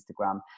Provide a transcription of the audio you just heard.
Instagram